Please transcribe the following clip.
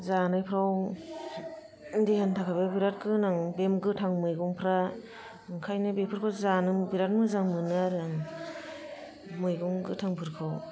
जानायफ्राव देहानि थाखायबो बिरात गोनां बे गोथां मैगंफ्रा ओंखायनो बेफोरखौ जानो बिरात मोजां मोनो आरो आं मैगं गोथांफोरखौ